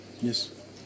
Yes